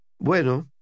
Bueno